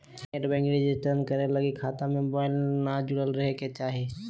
net banking register करे लगी खता में मोबाईल न जुरल रहइ के चाही